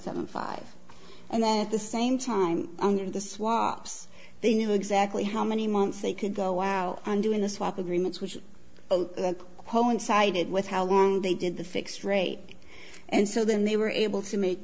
seven five and then at the same time under the swaps they knew exactly how many months they could go out on doing the swap agreements which homan sided with how long they did the fixed rate and so then they were able to make